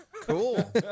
cool